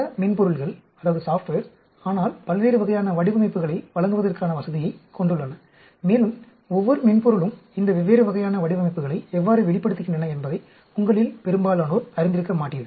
பல மென்பொருள்கள் ஆனால் பல்வேறு வகையான வடிவமைப்புகளை வழங்குவதற்கான வசதியைக் கொண்டுள்ளன மேலும் ஒவ்வொரு மென்பொருளும் இந்த வெவ்வேறு வகையான வடிவமைப்புகளை எவ்வாறு வெளிப்படுத்துகின்றன என்பதை உங்களில் பெரும்பாலானோர் அறிந்திருக்க மாட்டீர்கள்